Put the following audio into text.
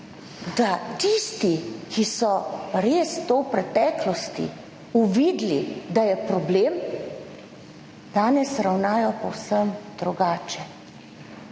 da tisti, ki so res to v preteklosti uvideli, da je problem, danes ravnajo povsem drugače,